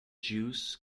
jews